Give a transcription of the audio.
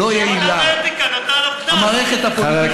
אמר אחד שלא נמצא בכנסת בכלל.